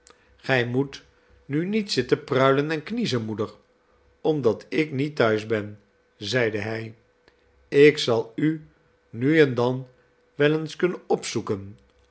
gij moet nu niet zitten pruilen en kniezen moeder omdat ik niet thuis ben zeide hij ik zal u nu en dan wel eens kunnen opzoeken